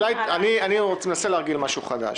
אני מנסה להרגיל למשהו חדש.